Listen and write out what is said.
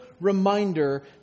reminder